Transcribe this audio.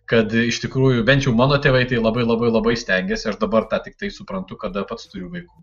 kad iš tikrųjų bent jau mano tėvai tai labai labai labai stengėsi aš dabar tą tiktai suprantu kada pats turiu vaikų